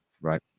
Right